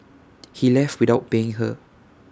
he left without paying her